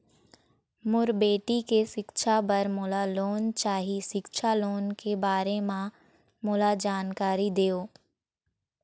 मोर बेटी के सिक्छा पर मोला लोन चाही सिक्छा लोन के बारे म मोला जानकारी देव?